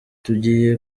tugiye